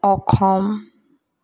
Assam